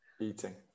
Eating